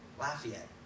Lafayette